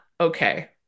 okay